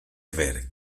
ver